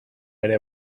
ere